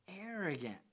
Arrogant